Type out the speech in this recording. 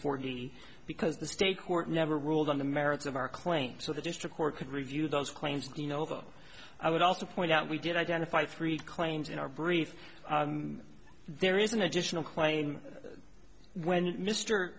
forty because the state court never ruled on the merits of our claim so the district court could review those claims you know i would also point out we did identify three claims in our brief there is an additional claim when mr